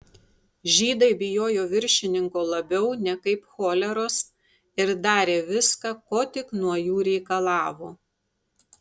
žydai bijojo viršininko labiau nekaip choleros ir darė viską ko tik nuo jų reikalavo